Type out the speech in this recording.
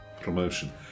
promotion